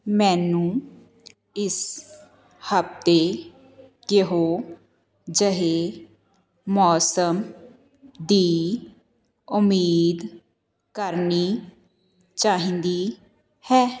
ਮੈਨੂੰ ਇਸ ਹਫ਼ਤੇ ਕਿਹੋ ਜਿਹੇ ਮੌਸਮ ਦੀ ਉਮੀਦ ਕਰਨੀ ਚਾਹੀਦੀ ਹੈ